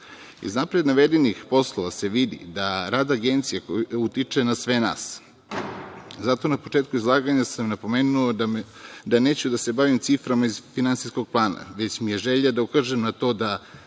napred navedenih poslova se vidi da rad Agencije utiče na sve nas, zato na početku izlaganja sam napomeno da neću da se bavim ciframa iz finansijskog plana, već mi je želja da ukažem na to da